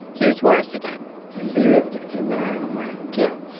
here's horace again he lived in the mining camp.